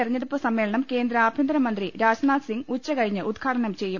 തെരഞ്ഞെടുപ്പ് സമ്മേളനം കേന്ദ്ര ആഭ്യന്തരമന്ത്രി രാജ്നാഥ് സിംഗ് ഉച്ചകഴിഞ്ഞ് ഉദ്ഘാടനം ചെയ്യും